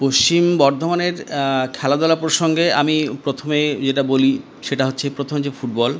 পশ্চিম বর্ধমানের খেলাধুলা প্রসঙ্গে আমি প্রথমেই যেটা বলি সেটা হচ্ছে প্রথমে ফুটবল